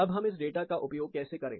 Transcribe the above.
अब हम इस डेटा का उपयोग कैसे करें